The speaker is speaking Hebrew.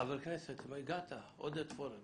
חבר הכנסת עודד פורר,